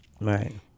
Right